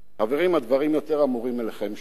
חברים, הדברים יותר אמורים אליכם שם,